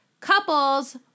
couples